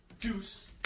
Deuce